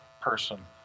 person